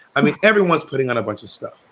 i mean, everyone's putting on a bunch of stuff.